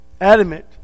adamant